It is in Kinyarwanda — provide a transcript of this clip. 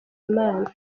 imana